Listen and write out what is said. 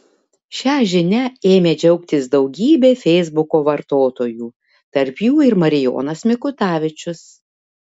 šia žinia ėmė džiaugtis daugybė feisbuko vartotojų tarp jų ir marijonas mikutavičius